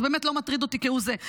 זה באמת לא מטריד אותי כהוא זה.